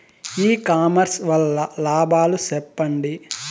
ఇ commerce వల్ల లాభాలు సెప్పండి?